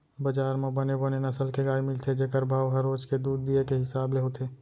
बजार म बने बने नसल के गाय मिलथे जेकर भाव ह रोज के दूद दिये के हिसाब ले होथे